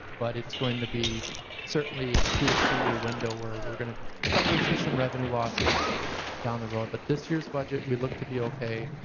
but it's going to be certainly a two to three year window where we're gonna probably see some revenue losses down the road, but this year's budget we look to be okay.